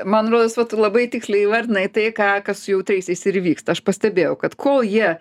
man rodos vat tu labai tiksliai įvardinai tai ką kas su jautriaisiais ir įvyksta aš pastebėjau kad kol jie